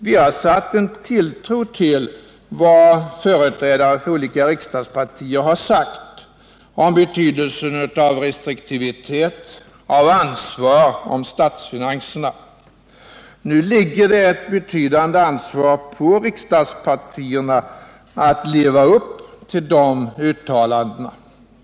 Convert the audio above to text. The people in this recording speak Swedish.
Vi har satt en tilltro till vad företrädare för olika riksdagspartier har sagt om betydelsen av restriktivitet och av ansvar för statsfinanserna. Nu ligger ett betydande ansvar på riksdagspartierna att leva upp till de uttalandena.